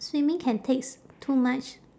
swimming can takes too much